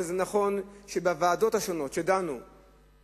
אבל זה נכון שבוועדות השונות שבהן ישבו